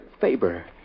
Faber